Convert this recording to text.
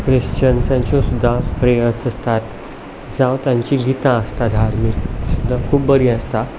क्रिस्चन्सांच्यो सुद्दां प्रेयर्ज आसतात जावं तांचीं गितां आसता धार्मीक ती सुद्दां खूब बरीं आसता